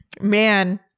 man